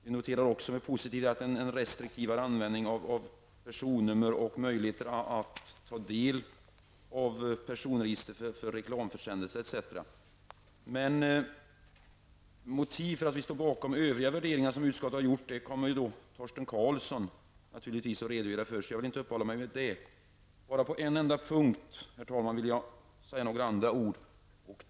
Vi har också gjort en positiv notering av en restriktivare användning av personnummer och möjligheter att ta del av personregister för reklamförsändelse etc. Motiven för att vi står bakom de övriga värderingar som utskottet har gjort kommer Marianne Andersson i Gislaved naturligtvis att redogöra för. Jag vill inte uppehålla mig vid det. Herr talman! Jag vill bara på en enda punkt säga några ord.